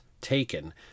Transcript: taken